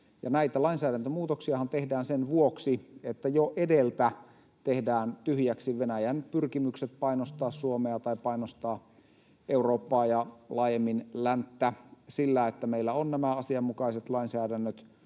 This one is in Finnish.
Näitä lainsäädäntömuutoksiahan tehdään sen vuoksi, että jo edeltä tehdään tyhjäksi Venäjän pyrkimykset painostaa Suomea tai painostaa Eurooppaa ja laajemmin länttä. Kun meillä on nämä asianmukaiset lainsäädännöt